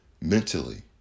mentally